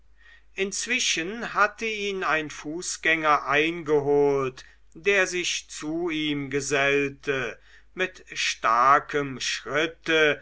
inzwischen hatte ihn ein fußgänger eingeholt der sich zu ihm gesellte mit starkem schritte